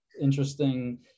interesting